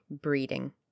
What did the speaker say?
breeding